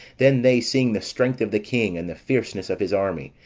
then they seeing the strength of the king and the fierceness of his army,